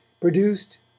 produced